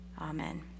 Amen